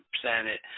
planet